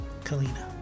Kalina